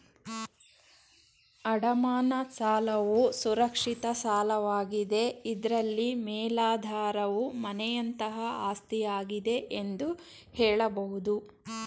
ಅಡಮಾನ ಸಾಲವು ಸುರಕ್ಷಿತ ಸಾಲವಾಗಿದೆ ಇದ್ರಲ್ಲಿ ಮೇಲಾಧಾರವು ಮನೆಯಂತಹ ಆಸ್ತಿಯಾಗಿದೆ ಎಂದು ಹೇಳಬಹುದು